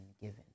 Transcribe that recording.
given